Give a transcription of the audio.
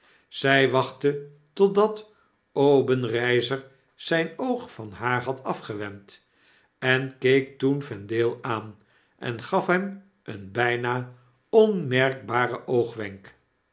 zg wachtte totdat obenreizer zp oog van haar had afgewend en keek toen vendale aan en gaf hem een bpa onmerkbaren oogwenk